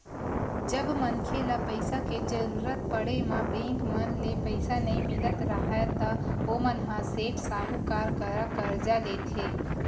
जब मनखे ल पइसा के जरुरत पड़े म बेंक मन ले पइसा नइ मिलत राहय ता ओमन ह सेठ, साहूकार करा करजा लेथे